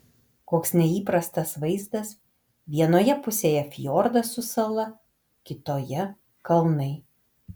koks neįprastas vaizdas vienoje pusėje fjordas su sala kitoje kalnai